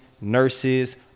nurses